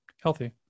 healthy